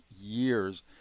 years